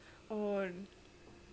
oh